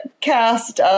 cast